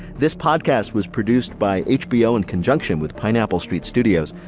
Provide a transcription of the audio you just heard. this podcast was produced by hbo in conjunction with pineapple street studios.